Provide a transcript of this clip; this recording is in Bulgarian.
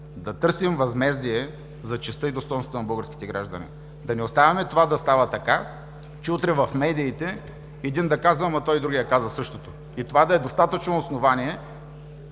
да търсим възмездие за честта и достойнството на българските граждани, да не оставяме да става така, че утре в медиите един да казва: ама, той – другият, каза същото. И това да е достатъчно основание